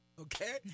Okay